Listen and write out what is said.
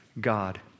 God